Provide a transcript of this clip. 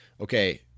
okay